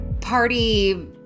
party